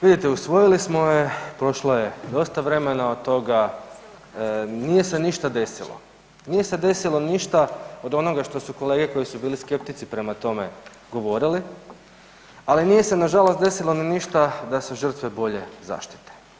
Vidite, usvojili smo je, prošlo je dosta vremena od toga, nije se ništa desilo, nije se desilo ništa od onoga što su kolege koji su bili skeptici prema tome, govorili, ali nije se nažalost desilo ni ništa da se žrtve bolje zaštite.